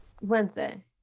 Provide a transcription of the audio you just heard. Wednesday